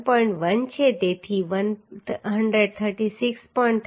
1 છે તેથી 136